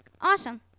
Awesome